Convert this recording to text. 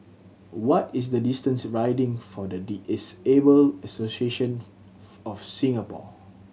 what is the distance Riding for the Disabled Association of Singapore